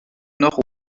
nord